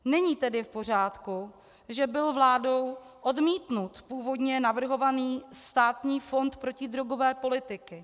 Není tedy v pořádku, že byl vládou odmítnut původně navrhovaný Státní fond protidrogové politiky.